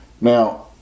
now